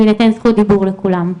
וניתן זכות דיבור לכולם.